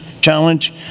challenge